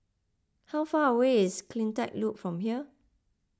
how far away is CleanTech Loop from here